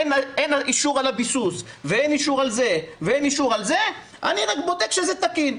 אין אישור על הביסוס ואין אישור על כלום אני רק בודק שזה תקין.